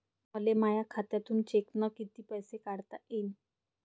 मले माया खात्यातून चेकनं कितीक पैसे काढता येईन?